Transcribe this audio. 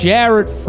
Jared